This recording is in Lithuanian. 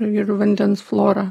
ir vandens florą